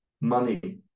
money